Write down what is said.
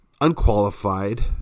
unqualified